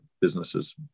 businesses